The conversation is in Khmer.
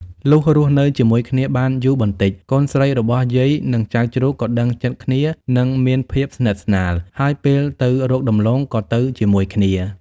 លុះរស់នៅជាមួយគ្នាបានយូបន្ដិច កូនស្រីរបស់យាយនឹងចៅជ្រូកក៏ដឹងចិត្ដគ្នានិងមានភាពស្និទ្ធស្នាល ហើយពេលទៅរកដំឡូងក៏ទៅជាមួយគ្នា។